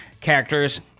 characters